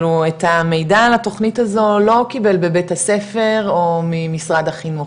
את המידע על התוכנית הזאת לא קיבל בבית הספר או ממשרד החינוך,